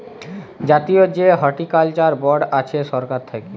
জাতীয় যে horticulture board আছে সরকার থাক্যে